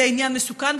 זה עניין מסוכן,